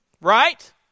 Right